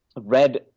read